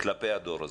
כלפי הדור הזה.